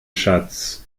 schatz